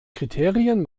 kriterien